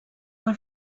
her